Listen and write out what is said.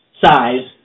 size